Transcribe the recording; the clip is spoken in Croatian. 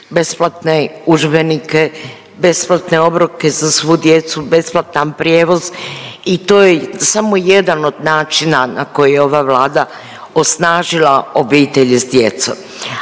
besplatne udžbenike, besplatne obroke za svu djecu, besplatan prijevoz i to je samo jedan od načina na koji je ova Vlada osnažila obitelji s djecom.